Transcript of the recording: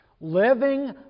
Living